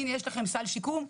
הנה יש לכם סל שיקום,